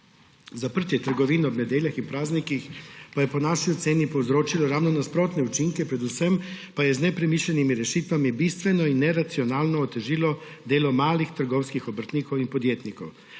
Zaprtje trgovin ob nedeljah in praznikih pa je po naši oceni povzročilo ravno nasprotne učinke, predvsem pa je z nepremišljenimi rešitvami bistveno in neracionalno otežilo delo malih trgovskih obrtnikov in podjetnikov.